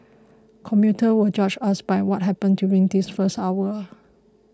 commuters will judge us by what happens during this first hour